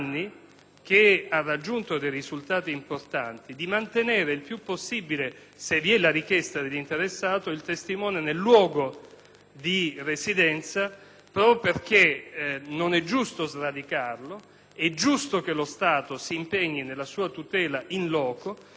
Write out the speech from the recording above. di residenza, proprio perché non è giusto sradicarlo. È giusto che lo Stato si impegni nella sua tutela *in loco* anche perché questo, al di là delle scelte dell'interessato, rappresenta una vittoria per lo Stato, che non costringe le persone oneste a trasferirsi.